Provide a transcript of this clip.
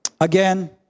again